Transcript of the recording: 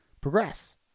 progress